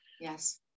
Yes